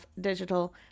Digital